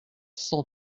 cent